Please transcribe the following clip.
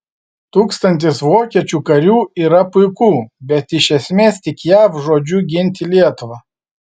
tūkstantis vokiečių karių yra puiku bet iš esmės tik jav žodžiu ginti lietuvą